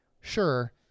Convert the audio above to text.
Sure